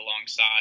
alongside